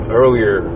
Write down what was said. earlier